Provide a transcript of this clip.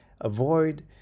avoid